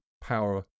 power